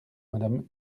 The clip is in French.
madame